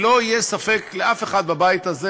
שלא יהיה ספק לאף אחד בבית הזה: